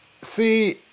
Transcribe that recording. See